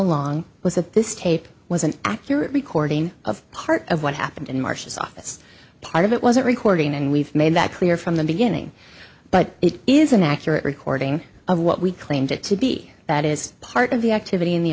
along was that this tape was an accurate recording of part of what happened in marcia's office part of it was a recording and we've made that clear from the beginning but it is an accurate recording of what we claimed it to be that is part of the activity in the